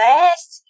Last